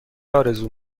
آرزو